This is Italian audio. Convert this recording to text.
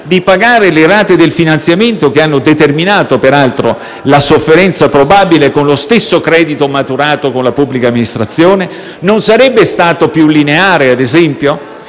di pagare le rate del finanziamento, che ha determinato, peraltro, la sofferenza probabile, con lo stesso credito maturato con la pubblica amministrazione? Non sarebbe stato più lineare? In questo